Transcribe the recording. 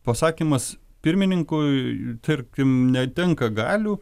pasakymas pirmininkui tarkim netenka galių